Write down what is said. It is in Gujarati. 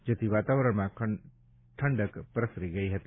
જેથી વાતાવરણમાં ઠંડક પ્રસરી ગઈ હતી